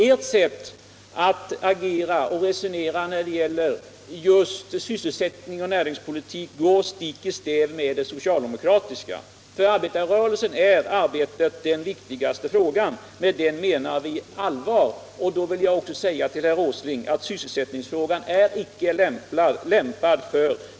Ert sätt att agera och resonera när det gäller just sysselsättningsoch näringspolitiken går stick i stäv mot det socialdemokratiska. För arbetarrörelsen är arbete den viktigaste frågan. Med den menar vi allvar. Då vill jag också säga till herr Åsling att sysselsättningsfrågan är inte lämpad för lurendrejeri.